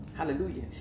hallelujah